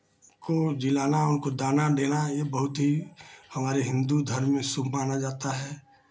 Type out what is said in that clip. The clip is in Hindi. को जिलाना उनको दाना देना ये बहुत ही हमारे हिन्दू धर्म में शुभ माना जाता है